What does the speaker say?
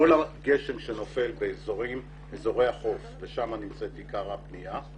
כל הגשם שיורד באזורי החוף ושם אני מוצא את עיקר הבנייה,